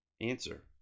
Answer